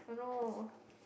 oh no